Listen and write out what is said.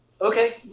Okay